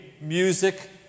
music